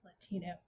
Latino